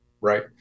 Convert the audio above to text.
Right